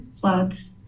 floods